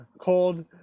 cold